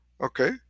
Okay